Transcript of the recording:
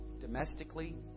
Domestically